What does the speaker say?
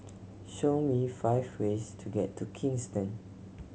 show me five ways to get to Kingston